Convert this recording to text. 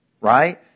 right